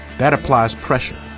that applies pressure.